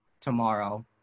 tomorrow